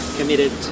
committed